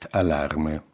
allarme